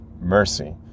mercy